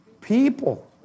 People